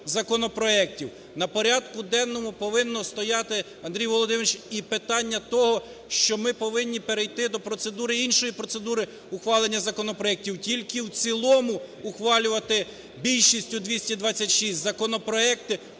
На порядку денному повинно стояти, Андрій Володимирович, і питання того, що ми повинні перейти до процедури... іншої процедури ухвалення законопроектів, тільки в цілому ухвалювати більшістю 226 законопроекти